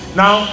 now